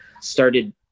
started